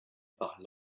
par